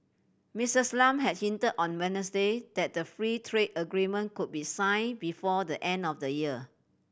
Missus Lam had hint on Wednesday that the free trade agreement could be sign before the end of the year